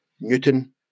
Newton